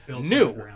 new